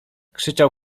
krzyczał